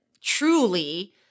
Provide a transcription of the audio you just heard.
truly